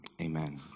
amen